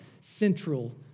central